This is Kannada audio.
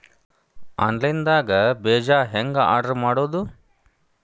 ಆನ್ಲೈನ್ ದಾಗ ಬೇಜಾ ಹೆಂಗ್ ಆರ್ಡರ್ ಮಾಡೋದು?